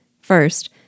First